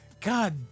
God